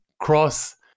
cross